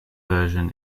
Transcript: version